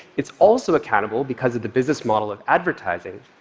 it's also accountable, because of the business model of advertising,